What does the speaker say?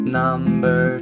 number